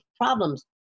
problems